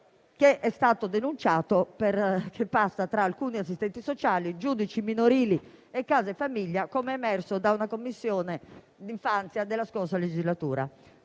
di soldi denunciato, che passa tra alcuni assistenti sociali, giudici minorili e case famiglia, com'è emerso nella Commissione infanzia nella scorsa legislatura.